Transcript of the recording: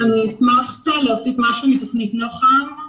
אני אשמח להוסיף משהו על תוכנית נוח"ם.